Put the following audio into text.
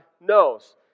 knows